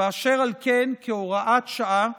ואשר על כן, כהוראת שעה,